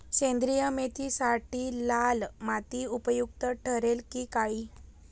सेंद्रिय मेथीसाठी लाल माती उपयुक्त ठरेल कि काळी?